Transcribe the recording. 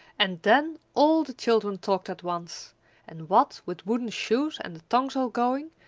and then all the children talked at once and what with wooden shoes and the tongues all going,